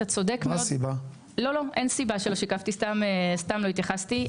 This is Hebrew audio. אין סיבה שלא שיקפתי, סתם לא התייחסתי.